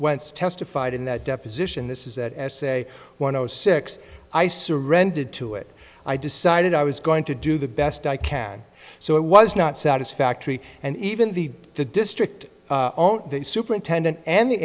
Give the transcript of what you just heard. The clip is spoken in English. john testified in that deposition this is that essay when i was six i surrendered to it i decided i was going to do the best i can so it was not satisfactory and even the the district superintendent an